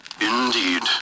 Indeed